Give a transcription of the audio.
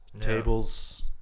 tables